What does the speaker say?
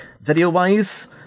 video-wise